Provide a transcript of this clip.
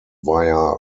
via